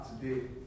today